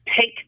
take